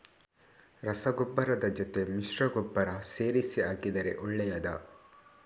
ರಸಗೊಬ್ಬರದ ಜೊತೆ ಮಿಶ್ರ ಗೊಬ್ಬರ ಸೇರಿಸಿ ಹಾಕಿದರೆ ಒಳ್ಳೆಯದಾ?